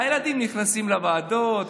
הילדים נכנסים לוועדות,